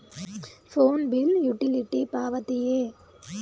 Phone bill utility ಪಾವತಿಯೇ?